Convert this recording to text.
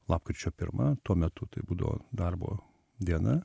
lapkričio pirma tuo metu tai būdavo darbo diena